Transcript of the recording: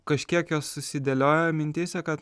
kažkiek jos susidėliojo mintyse kad